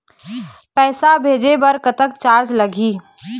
पैसा भेजे बर कतक चार्ज लगही?